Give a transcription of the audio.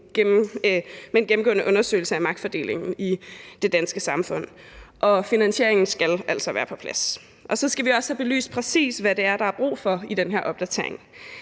med en gennemgående undersøgelse af magtfordelingen i det danske samfund, og finansieringen skal være på plads. For det andet skal vi også have belyst, præcis hvad det er, der er brug for i den her opdatering.